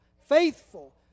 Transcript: Faithful